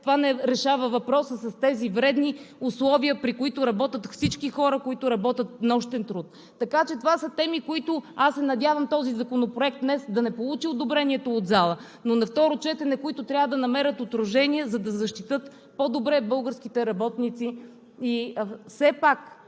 това не решава въпроса с тези вредни условия, при които работят всички хора, които работят нощен труд. Аз се надявам този законопроект днес да не получи одобрението от залата, но на второ четене тези теми трябва да намерят отражение, за да защитят по-добре българските работници.